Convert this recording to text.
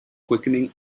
quickening